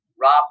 Rob